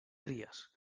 cries